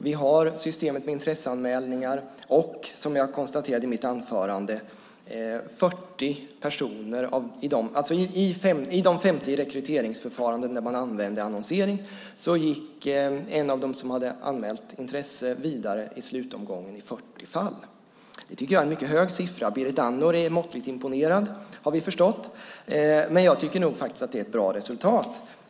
Vi har systemet med intresseanmälningar och, som jag konstaterade i mitt anförande, i de 50 rekryteringsförfarandena där man använde annonsering gick i 40 fall en av dem som hade anmält intresse vidare till slutomgången. Det tycker jag är en mycket hög siffra. Berit Andnor är måttligt imponerad, har vi förstått, men jag tycker faktiskt att det är ett bra resultat.